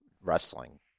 wrestling